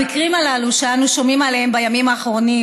המקרים הללו שאנו שומעים עליהם בימים האחרונים